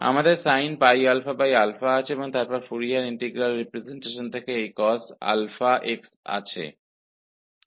हमारे पास sin है और फिर फोरियर इंटीग्रल रिप्रजेंटेशन से यह cosαx है